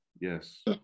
Yes